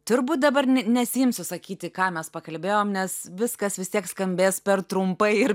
turbūt dabar nesiimsiu sakyti ką mes pakalbėjom nes viskas vis tiek skambės per trumpai ir